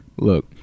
Look